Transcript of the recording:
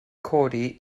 codi